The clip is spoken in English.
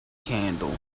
candle